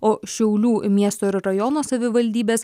o šiaulių miesto ir rajono savivaldybės